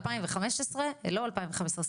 בשנת 2015. לא 2015,